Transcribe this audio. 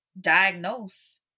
diagnose